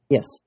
Yes